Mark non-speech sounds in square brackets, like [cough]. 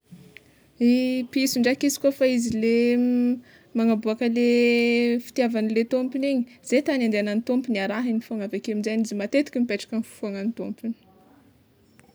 [hesitation] Ny piso ndraiky izy kôfa izy le magnaboaka le fitiavanle tômpony iny, ze tany andianan'ny tômpony arahany fôgna avekeo aminjegny izy matetika mipetraka ampofoanan'ny tômpony.